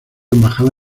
embajada